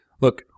look